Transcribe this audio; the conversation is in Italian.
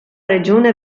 regione